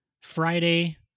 Friday